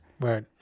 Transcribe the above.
Right